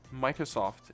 Microsoft